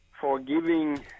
forgiving